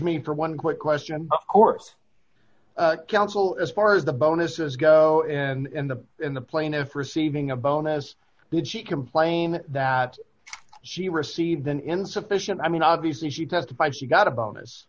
me for one quick question of course counsel as far as the bonuses go and the in the plaintiff receiving a bonus but she complained that she received an insufficient i mean obviously she testified she got a bonus